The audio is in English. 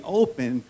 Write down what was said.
open